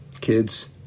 kids